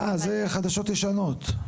אה, זה חדשות ישנות.